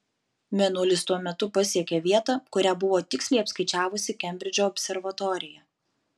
mėnulis tuo metu pasiekė vietą kurią buvo tiksliai apskaičiavusi kembridžo observatorija